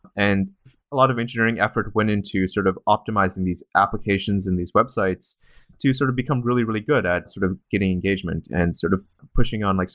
and a lot of engineering effort went into sort of optimizing these applications and these websites to sort of become really, really good at sort of getting engagement, and sort of pushing on, like